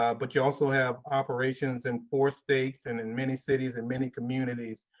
ah but you also have operations in four states and in many cities and many communities.